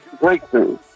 breakthrough